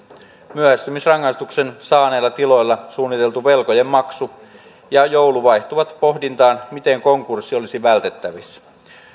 myöhästymisrangaistuksen saaneilla tiloilla suunniteltu velkojen maksu ja joulu vaihtuvat pohdintaan miten konkurssi olisi vältettävissä